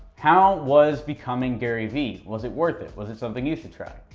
how was becoming garyvee? was it worth it? was it something you should try?